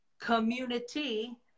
community